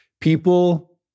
people